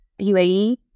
UAE